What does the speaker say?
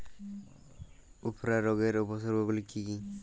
উফরা রোগের উপসর্গগুলি কি কি?